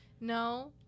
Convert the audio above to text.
No